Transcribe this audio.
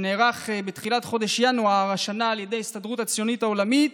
שנערך בתחילת חודש ינואר השנה על ידי ההסתדרות הציונית העולמית,